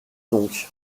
donc